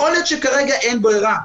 יכול להיות שכרגע אין ברירה.